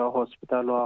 hospital